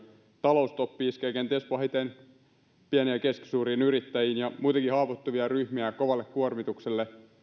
talousstoppi iskee kenties pahiten pieniin ja keskisuuriin yrittäjiin ja muitakin haavoittuvia ryhmiä ja kovalle kuormitukselle